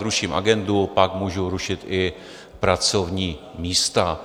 Ruším agendu, pak můžu rušit i pracovní místa.